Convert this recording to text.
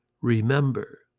Remember